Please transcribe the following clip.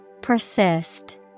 persist